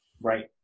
Right